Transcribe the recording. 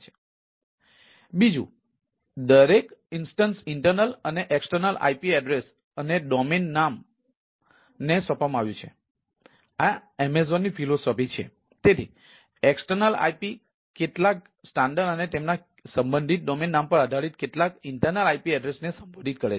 તેથી બીજું દરેક ઉદાહરણ ઇન્ટર્નલ અને તેમના સંબંધિત ડોમેઇન નામ પર આધારિત કેટલાક ઇન્ટર્નલ IP એડ્રેસ ને સંબોધિત કરે છે